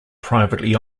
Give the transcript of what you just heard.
privately